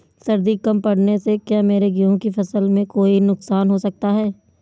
सर्दी कम पड़ने से क्या मेरे गेहूँ की फसल में कोई नुकसान हो सकता है?